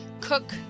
cook